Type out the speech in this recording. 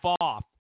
off